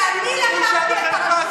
שאני אסכים לממשלת מיעוט,